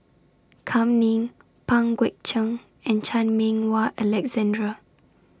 Kam Ning Pang Guek Cheng and Chan Meng Wah Alexander